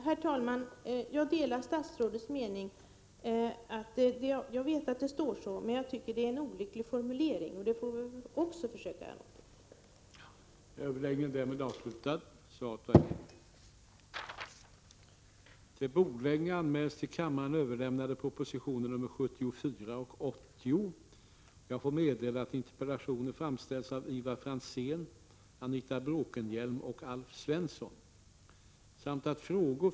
Herr talman! Jag delar statsrådets mening och vet att det står så, men jag tycker att det är en olycklig formulering, och det får man också försöka göra någonting åt.